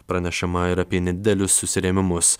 pranešama ir apie nedidelius susirėmimus